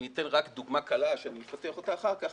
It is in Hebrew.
אני אתן דוגמה קלה שאחר כך אפתח אותה.